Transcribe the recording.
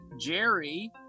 jerry